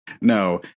No